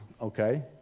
okay